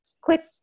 Quick